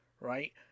Right